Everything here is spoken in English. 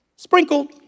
Sprinkled